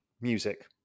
music